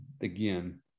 again